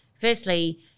Firstly